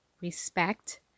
respect